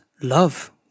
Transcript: love